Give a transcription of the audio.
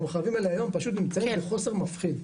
המרחבים האלה היום פשוט נמצאים בחוסר מפחיד,